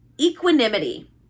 equanimity